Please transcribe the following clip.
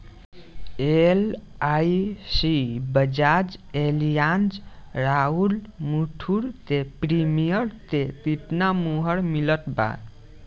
LIC Bajaj Allianz आउर मुथूट के premium के केतना मुहलत मिलल बा?